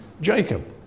Jacob